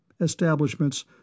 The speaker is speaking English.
Establishments—